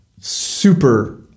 super